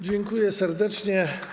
Dziękuję serdecznie.